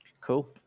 Cool